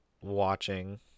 watching